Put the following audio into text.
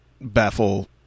baffle